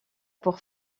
pour